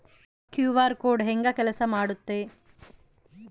QR code ಹೆಂಗ ಕೆಲಸ ಮಾಡುತ್ತೆ?